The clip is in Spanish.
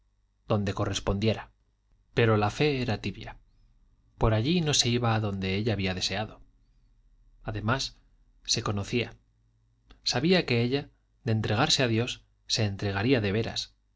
donde correspondiera pero la fe era tibia por allí no se iba a donde ella había deseado además se conocía sabía que ella de entregarse a dios se entregaría de veras